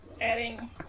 Adding